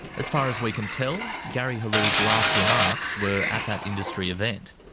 as far as we can tell, gary helou's last remarks were at that industry event.